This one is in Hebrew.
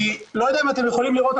אני לא יודע אם אתם יכולים לראות,